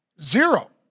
Zero